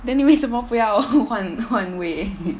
then 你为什么不要 换换位